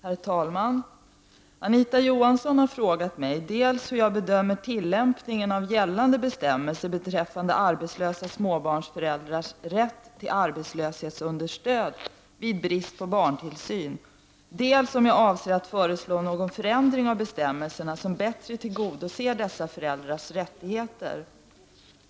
Herr talman! Anita Johansson har frågat mig dels hur jag bedömer tilllämpningen av gällande bestämmelser beträffande arbetslösa småbarnsföräldrars rätt till arbetslöshetsunderstöd vid brist på barntillsyn, dels om jag avser att föreslå någon förändring av bestämmelserna, som bättre tillgodoser dessa föräldrars rättigheter.